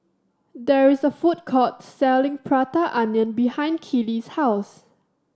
there is a food court selling Prata Onion behind Keely's house